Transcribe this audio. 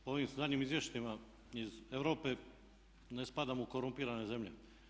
Ovim zadnjim izvješćima iz Europe ne spadamo u korumpirane zemlje.